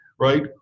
right